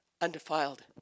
undefiled